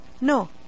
No